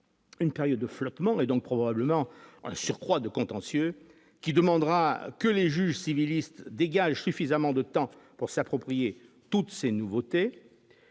Une période de flottement et donc probablement un surcroît de contentieux qui demandera que les juges civilistes dégage suffisamment de temps pour s'approprier toutes ces nouveautés,